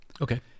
Okay